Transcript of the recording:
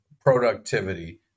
productivity